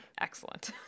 Excellent